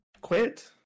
quit